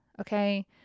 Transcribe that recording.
Okay